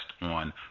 on